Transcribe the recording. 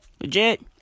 legit